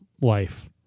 life